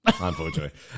Unfortunately